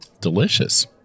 Delicious